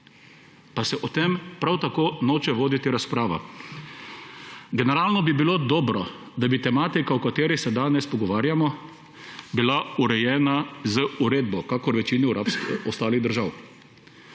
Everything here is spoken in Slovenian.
Pa se o tem prav tako noče voditi razprava. Generalno bi bilo dobro, da bi tematika, o kateri se danes pogovarjamo, bila urejena z uredbo, kakor v večini ostalih držav.